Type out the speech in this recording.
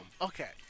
Okay